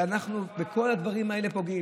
ואנחנו פוגעים בכל הדברים האלה.